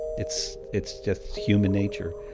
it's it's just human nature.